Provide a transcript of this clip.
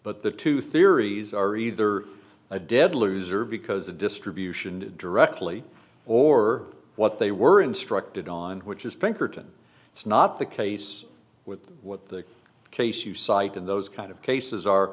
but the two theories are either a dead loser because the distribution directly or what they were instructed on which is pinkerton it's not the case with what the case you cite in those kind of cases are